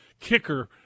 kicker